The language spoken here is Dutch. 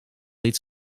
iets